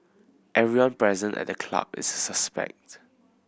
everyone present at the club is a suspect